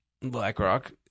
BlackRock